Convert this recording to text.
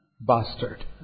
Bastard